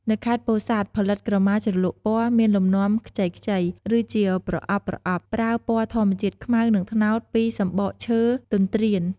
នៅខេត្តពោធិ៍សាត់ ផលិតក្រមាជ្រលក់ពណ៌ មានលំនាំខ្ចីៗ ឬជាប្រអប់ៗ ប្រើពណ៌ធម្មជាតិខ្មៅ និងត្នោត ពីសំបកឈើទន្ទ្រាន។